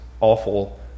awful